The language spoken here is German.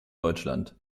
deutschland